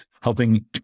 helping